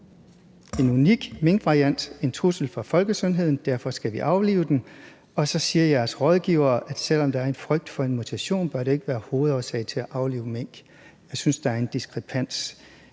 En unik minkvariant, en trussel for folkesundheden, derfor skal vi aflive dem – og så siger jeres rådgivere, at selv om der er en frygt for en mutation, bør det ikke være hovedårsag til at aflive mink. Jeg synes, at der er en diskrepans.